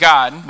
God